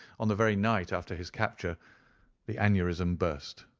on the very night after his capture the aneurism burst,